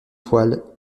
poil